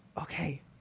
Okay